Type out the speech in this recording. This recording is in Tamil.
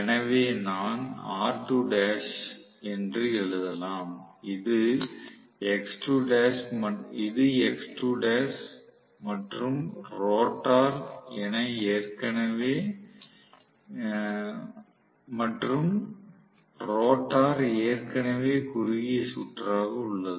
எனவே நான் இதை R2l என்று எழுதலாம் இது X2l மற்றும் ரோட்டார் என ஏற்கனவே குறுகிய சுற்றாக உள்ளது